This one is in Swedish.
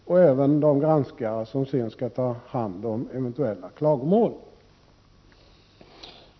Det gäller även granskare som sedan skall ta hand om eventuella klagomål.